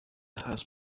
has